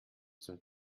zum